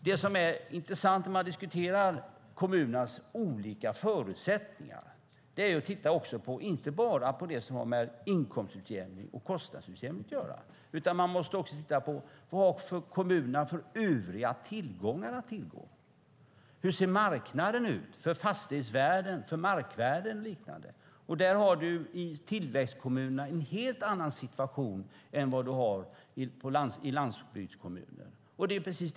Det som är intressant när man diskuterar kommunernas olika förutsättningar är att titta inte bara på det som har med inkomstutjämning och kostnadsutjämning att göra utan även på vad kommunerna har för övriga tillgångar. Hur ser marknaden ut för fastighetsvärden, markvärden och liknande? Där har tillväxtkommunerna en helt annan situation än landsbygdskommunerna.